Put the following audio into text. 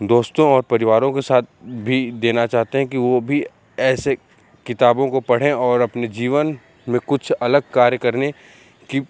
दोस्तों और परिवारों के साथ भी देना चाहते हैं कि वो भी ऐसे किताबों को पढ़ें और अपने जीवन में कुछ अलग कार्य करने की